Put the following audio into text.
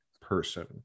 person